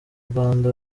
rwanda